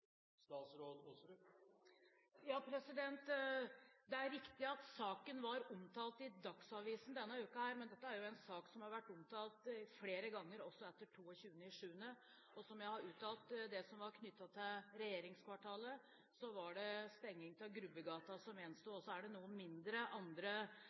Ja, det er riktig at saken var omtalt i Dagsavisen denne uken, men dette er jo en sak som har vært omtalt flere ganger også etter 22. juli. Som jeg har uttalt når det gjaldt det som var knyttet til regjeringskvartalet, var det stenging av Grubbegata som gjensto. Så er det noen andre